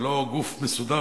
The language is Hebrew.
הלוא גוף מסודר,